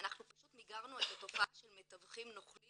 פשוט מיגרנו את התופעה של מתווכים נוכלים